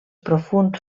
profunds